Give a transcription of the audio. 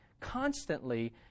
constantly